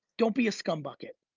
don't be a scum bucket.